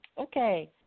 Okay